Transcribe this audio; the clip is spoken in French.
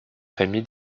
famille